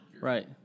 Right